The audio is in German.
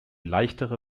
leichtere